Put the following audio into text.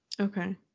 okay